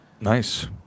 Nice